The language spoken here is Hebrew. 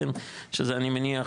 שזה אני מניח,